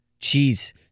Jeez